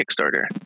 Kickstarter